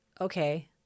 okay